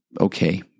okay